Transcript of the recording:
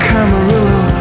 Camarillo